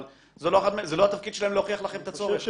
אבל זה לא התפקיד שלהם להוכיח לכם את הצורך.